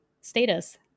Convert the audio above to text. status